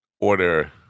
order